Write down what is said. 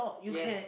yes